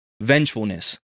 vengefulness